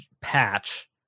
patch